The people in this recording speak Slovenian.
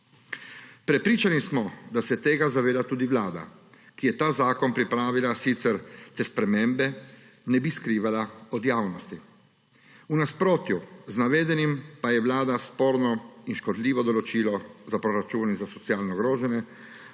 Prepričani smo, da se tega zaveda tudi Vlada, ki je ta zakon pripravila, sicer te spremembe ne bi skrivala pred javnostjo. V nasprotju z navedenim pa je Vlada sporno in škodljivo določilo za proračun in za socialno ogrožene